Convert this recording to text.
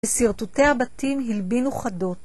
בשרטוטי הבתים הלבינו חדות